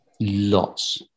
Lots